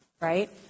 right